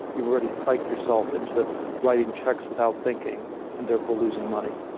you've already psyched yourself into writing checks without thinking and, therefore, losing money.